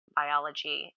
biology